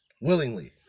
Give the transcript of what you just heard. willingly